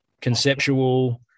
conceptual